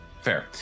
Fair